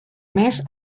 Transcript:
més